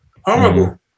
Horrible